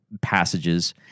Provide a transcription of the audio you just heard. passages